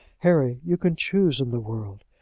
harry, you can choose in the world.